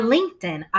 LinkedIn